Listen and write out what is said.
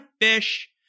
fish